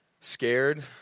scared